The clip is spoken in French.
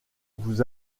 vous